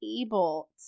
able